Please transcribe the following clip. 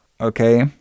Okay